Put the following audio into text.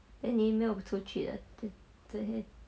then 你没有出去的整整天